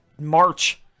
march